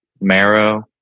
marrow